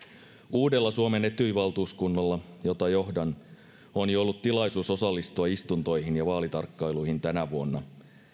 uudella suomen etyj valtuuskunnalla jota johdan on jo ollut tilaisuus osallistua istuntoihin ja vaalitarkkailuihin tänä vuonna